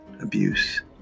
abuse